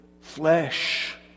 flesh